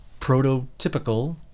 prototypical